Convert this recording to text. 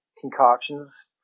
concoctions